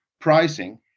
pricing